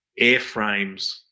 airframes